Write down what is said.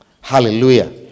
Hallelujah